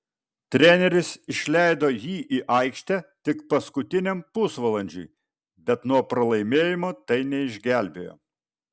treneris išleido jį į aikštę tik paskutiniam pusvalandžiui bet nuo pralaimėjimo tai neišgelbėjo